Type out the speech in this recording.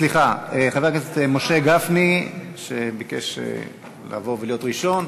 סליחה, חבר הכנסת משה גפני, שביקש להיות ראשון.